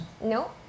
No